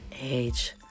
age